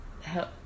help